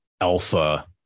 alpha